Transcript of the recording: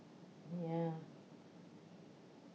ya